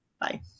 Bye